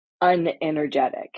unenergetic